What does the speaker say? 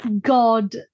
God